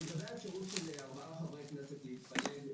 לגבי האפשרות של ארבעה חברי כנסת שיכולים להתפלג,